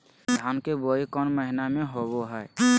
धान की बोई कौन महीना में होबो हाय?